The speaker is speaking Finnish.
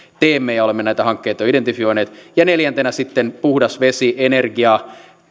teemme sen ja olemme näitä hankkeita jo identifioineet ja neljäntenä sitten puhdas vesi energia